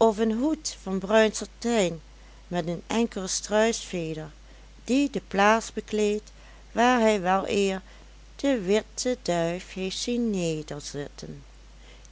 of een hoed van bruin satijn met een enkele struisveder die de plaats bekleedt waar hij weleer de witte duif heeft zien nederzitten